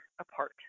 apart